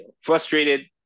frustrated